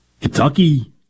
Kentucky